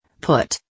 Put